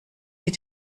sie